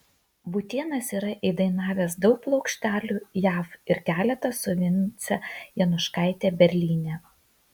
būtėnas yra įdainavęs daug plokštelių jav ir keletą su vince januškaite berlyne